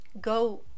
go